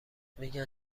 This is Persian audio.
میگن